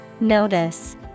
Notice